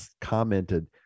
commented